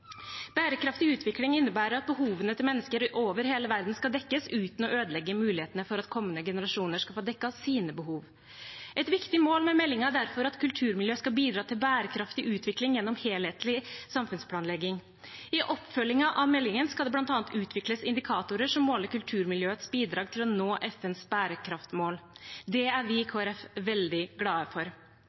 Bærekraftig utvikling innebærer at behovene til mennesker over hele verden skal dekkes uten å ødelegge mulighetene for at kommende generasjoner skal få dekket sine behov. Et viktig mål med meldingen er derfor at kulturmiljø skal bidra til bærekraftig utvikling gjennom en helhetlig samfunnsplanlegging. I oppfølgingen av meldingen skal det bl.a. utvikles indikatorer som måler kulturmiljøets bidrag til å nå FNs bærekraftsmål. Det er vi i Kristelig Folkeparti veldig glad for.